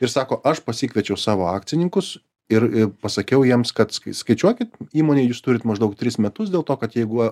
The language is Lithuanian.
ir sako aš pasikviečiau savo akcininkus ir į pasakiau jiems kads skai skaičiuokit įmonėj jūs turit maždaug tris metus dėl to kad jeigu